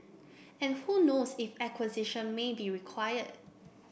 and who knows if acquisition may be required